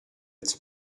its